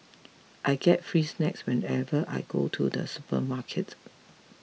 I get free snacks whenever I go to the supermarket